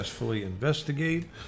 investigate